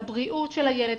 לבריאות של הילד,